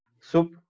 soup